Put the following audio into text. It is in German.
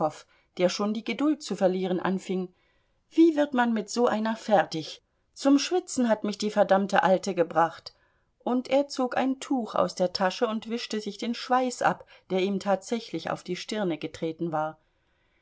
der schon die geduld zu verlieren anfing wie wird man mit so einer fertig zum schwitzen hat mich die verdammte alte gebracht und er zog ein tuch aus der tasche und wischte sich den schweiß ab der ihm tatsächlich auf die stirne getreten war